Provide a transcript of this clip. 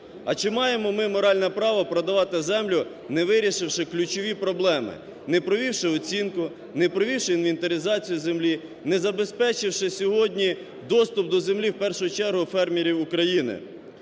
А чи маємо ми моральне право продавати землю, не вирішивши ключові проблеми: не провівши оцінку, не провівши інвентаризацію землі, не забезпечивши сьогодні доступ до землі в першу чергу фермерів України?